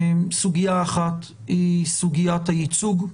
סוגייה אחת היא סוגיית הייצוג,